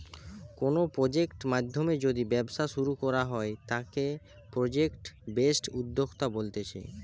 কোনো প্রজেক্ট নাধ্যমে যদি ব্যবসা শুরু করা হয় তাকে প্রজেক্ট বেসড উদ্যোক্তা বলতিছে